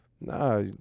nah